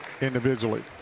individually